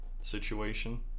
situation